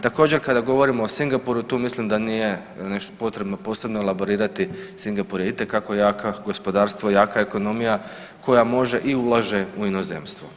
Također, kada govorimo o Singapuru, tu mislim da nije nešto potrebno posebno elaborirati, Singapur je isto tako jaka gospodarstvo, jaka ekonomija, koja može i ulaže u inozemstvo.